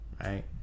Right